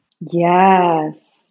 Yes